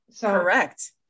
Correct